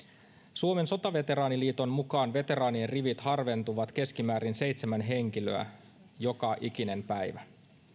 suomen sotaveteraaniliiton mukaan veteraanien rivit harventuvat keskimäärin seitsemän henkilöä joka ikinen päivä